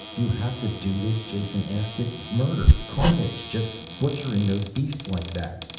do you have to do this? jason asked. it's murder carnage, just butchering those beasts like that.